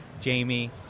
Jamie